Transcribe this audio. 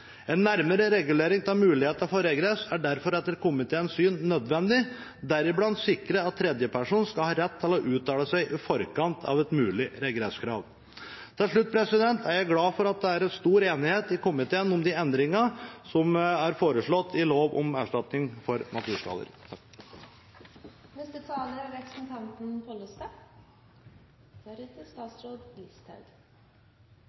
En nærmere regulering av muligheten for regress er derfor etter komiteens syn nødvendig, herunder sikre at tredjeperson skal ha rett til å uttale seg i forkant av et mulig regresskrav. Til slutt: Jeg er glad for at det er stor enighet i komiteen om endringene som er foreslått i lov om erstatning for naturskader. Ny naturskadeerstatningslov innebærer i all hovedsak prosessuelle endringer sammenlignet med dagens lovverk. Det materielle innholdet i ordningen er